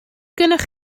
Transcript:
gennych